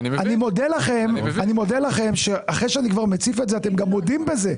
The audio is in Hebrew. אני מודה לכם שאחרי שאני כבר מציף את זה אתם מודים בזה,